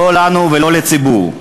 לא לנו ולא לציבור.